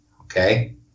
Okay